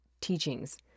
teachings